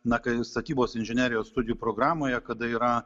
na kai statybos inžinerijos studijų programoje kada yra